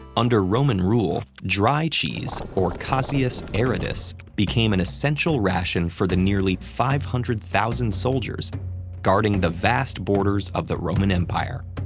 under roman rule, dry cheese or caseus aridus, became an essential ration for the nearly five hundred thousand soldiers guarding the vast borders of the roman empire.